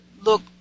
look